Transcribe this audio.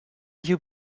you